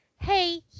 hey